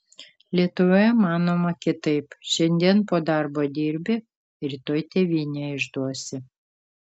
lietuvoje manoma kitaip šiandien po darbo dirbi rytoj tėvynę išduosi